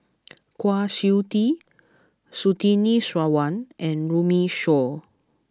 Kwa Siew Tee Surtini Sarwan and Runme Shaw